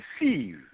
receive